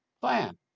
plan